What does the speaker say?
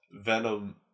Venom